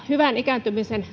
hyvän ikääntymisen